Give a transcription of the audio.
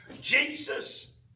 Jesus